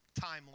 timeline